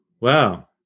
wow